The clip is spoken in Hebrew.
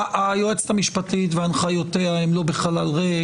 היועצת המשפטית והנחיותיה הם לא בחלל ריק.